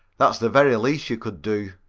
that's the very least you could do.